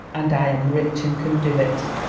and i am rich and can do it.